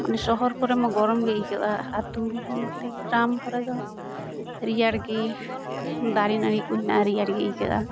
ᱥᱚᱦᱚᱨ ᱠᱚᱨᱮ ᱢᱟ ᱜᱚᱨᱚᱢᱜᱮ ᱟᱹᱭᱠᱟᱹᱜᱼᱟ ᱟᱹᱛᱩ ᱜᱨᱟᱢ ᱠᱚᱨᱮ ᱫᱚ ᱨᱮᱭᱟᱲᱜᱮ ᱫᱟᱨᱮ ᱱᱟᱹᱲᱤ ᱠᱚ ᱢᱮᱱᱟᱜᱼᱟ ᱨᱮᱭᱟᱲᱜᱮ ᱟᱹᱭᱠᱟᱹᱜᱼᱟ